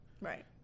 Right